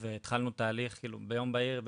והתחלנו תהליך ביום בהיר.